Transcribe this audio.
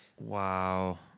Wow